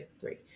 Three